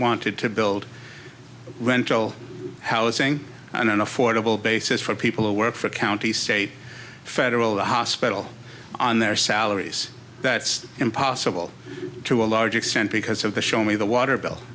wanted to build rental housing and an affordable basis for people who work for county state federal the hospital on their salary yes that's impossible to a large extent because of the show me the water bill